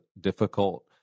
difficult